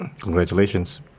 Congratulations